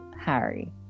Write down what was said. Harry